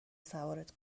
سوارت